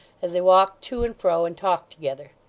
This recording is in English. as they walked to and fro, and talked together.